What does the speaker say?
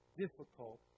Difficult